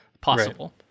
Possible